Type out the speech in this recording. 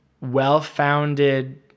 well-founded